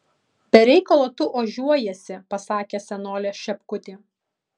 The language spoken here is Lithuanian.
be reikalo tu ožiuojiesi pasakė senolė šepkutė